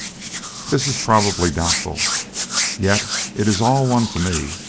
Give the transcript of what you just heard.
this is probably doubtful yet it is all one to me